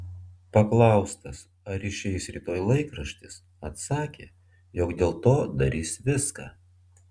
paklaustas ar išeis rytoj laikraštis atsakė jog dėl to darys viską